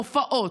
הופעות,